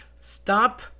Stop